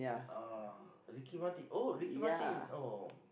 uh Ricky-Martin oh Ricky-Martin oh